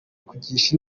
kugisha